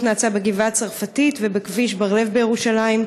נאצה בגבעה הצרפתית ובכביש בר-לב בירושלים,